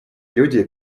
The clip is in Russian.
люди